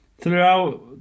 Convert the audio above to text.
throughout